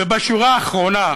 ובשורה האחרונה,